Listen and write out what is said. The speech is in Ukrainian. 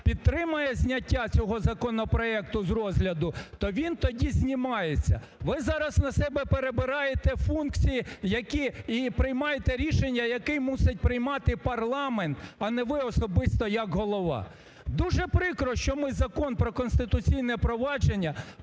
підтримає зняття цього законопроекту з розгляду, то він тоді знімається. Ви зараз на себе перебираєте функції, які і приймаєте рішення, які мусить приймати парламент, а не особисто як Голова. Дуже прикро, що ми Закон про Конституційне провадження